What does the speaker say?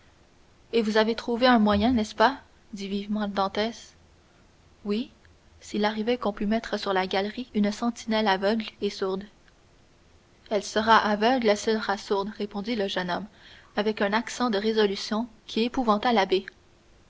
et vous avez trouvé un moyen n'est-ce pas dit vivement dantès oui s'il arrivait qu'on pût mettre sur la galerie une sentinelle aveugle et sourde elle sera aveugle elle sera sourde répondit le jeune homme avec un accent de résolution qui épouvanta l'abbé